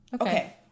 Okay